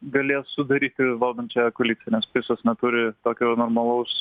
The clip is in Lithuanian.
galės sudaryti valdančiąją koaliciją nes pisas neturi tokio normalaus